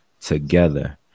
together